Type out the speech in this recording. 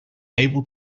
able